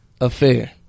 affair